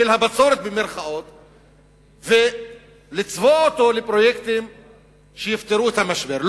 של מס הבצורת ולצבוע אותו לפרויקטים שיפתרו את המשבר.